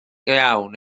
iawn